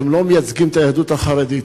הם לא מייצגים את היהדות החרדית,